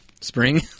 Spring